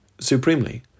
Supremely